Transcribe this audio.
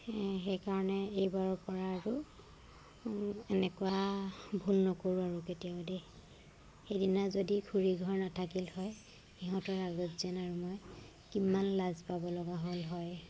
সেইকাৰণে এইবাৰৰ পৰা আৰু এনেকুৱা ভুল নকৰোঁ আৰু কেতিয়াও দেই সেইদিনা যদি খুৰী ঘৰ নাথাকিল হয় সিহঁতৰ আগত যেন আৰু মই কিমান লাজ পাব লগা হ'ল হয়